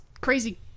crazy